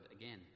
again